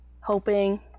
hoping